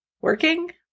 working